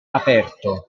aperto